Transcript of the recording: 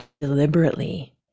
deliberately